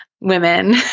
women